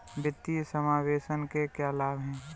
वित्तीय समावेशन के क्या लाभ हैं?